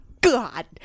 God